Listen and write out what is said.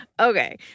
Okay